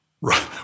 Right